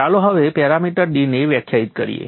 ચાલો હવે parameter d ને વ્યાખ્યાયિત કરીએ